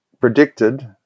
predicted